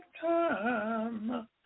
time